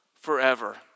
forever